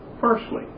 firstly